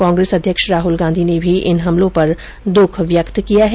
कांग्रेस अध्यक्ष राहुल गांधी ने भी इन हमलों पर द्रख व्यक्त किया है